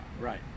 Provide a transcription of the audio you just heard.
right